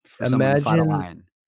imagine